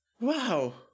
Wow